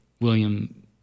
William